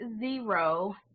zero